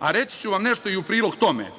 a reći ću vam nešto i u prilog tome,